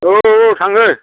औ औ औ थाङो